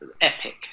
Epic